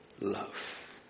love